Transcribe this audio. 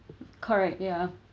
correct ya